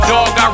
Dog